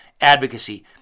advocacy